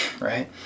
right